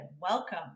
Welcome